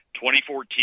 2014